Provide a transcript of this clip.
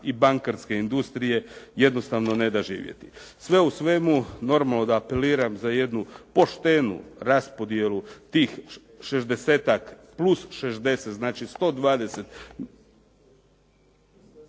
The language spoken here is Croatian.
i bankarske industrije jednostavno ne da živjeti. Sve u svemu, normalno da apeliram za jednu poštenu raspodjelu tih šezdesetak plus šezdeset, znači 120 …